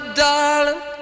darling